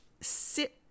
sit